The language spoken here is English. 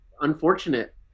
unfortunate